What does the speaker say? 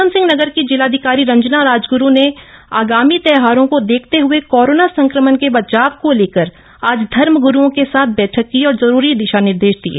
उधमसिंह नगर की जिलाधिकप्री रंजन राजगुरू ने आगामी त्योहप्रों को देखते हए कोरोन संक्रमण के बचाम्र को लेकर आज धर्मग्रुओं के साथ बैठक की और जरूरी दिशप्निर्देश दिये